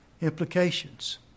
implications